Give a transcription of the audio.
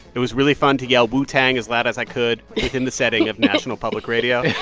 it was really fun to yell wu-tang as loud as i could get in the setting of national public radio. yeah